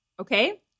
okay